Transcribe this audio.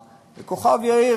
וכוכב-יאיר,